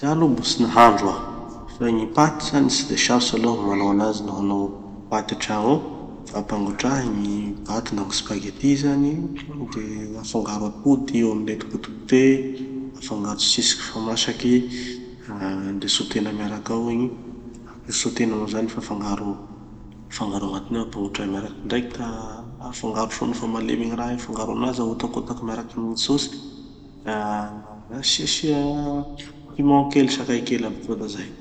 Gny pizza aloha mbo tsy nahandro aho. Fa gny paty zany tsy de sarotsy aloha gny manao anazy no hanao paty antrano ao. Fa ampangotrahy gny paty na gny spaghetti zany. De afangaro atody de io mety potipotehy. Afangaro tsitsiky fa masaky. Ah ndre sôtena miaraky ao igny. Tsy sôtena moa zany fa afangaro ao. Afangaro agnatiny ao ampangotrahy miaraky direct. Afangaro soa nofa malemy gny raha igny, afangaro aminazy, ahotakotaky miaraky gny sôsy. Da mba asiasia piment kely sakay kely avy teo da zay.